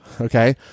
Okay